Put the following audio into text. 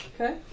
Okay